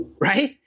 right